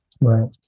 right